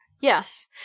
yes